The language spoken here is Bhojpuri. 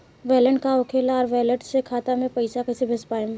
वैलेट का होखेला और वैलेट से खाता मे पईसा कइसे भेज पाएम?